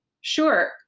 Sure